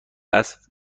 است